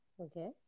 Okay